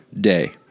day